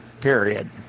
period